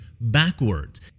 backwards